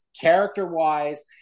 character-wise